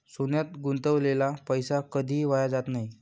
सोन्यात गुंतवलेला पैसा कधीही वाया जात नाही